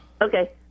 Okay